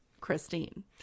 Christine